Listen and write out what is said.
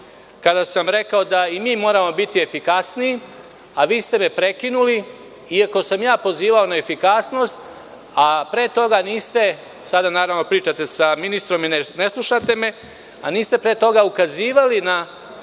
kada sam rekao da i mi moramo biti efikasniji, a vi ste me prekinuli, iako sam ja pozivao na efikasnost, a pre toga niste, sada, naravno, pričate sa ministrom i ne slušate me, niste pre toga ukazivali na